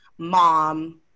mom